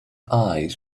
eyes